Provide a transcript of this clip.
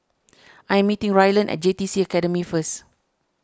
I am meeting Ryland at J TC Academy first